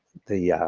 the